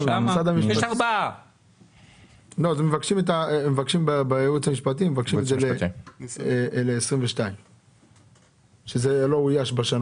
הם מבקשים בייעוץ המשפטי לשנת 2022. בייעוץ המשפטי.